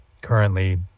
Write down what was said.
currently